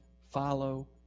follow